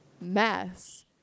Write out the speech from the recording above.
mess